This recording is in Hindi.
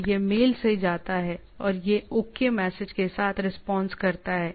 तो यह मेल से जाता है यह ओके मैसेज के साथ रिस्पांस करता है